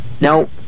Now